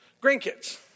grandkids